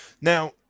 now